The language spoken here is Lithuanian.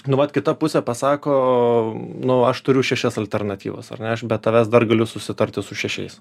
nu vat kita pusė pasako nu aš turiu šešias alternatyvas ar ne aš be tavęs dar galiu susitarti su šešiais